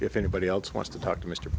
if anybody else wants to talk to mr